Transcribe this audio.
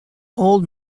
old